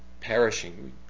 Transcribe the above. perishing